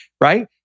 right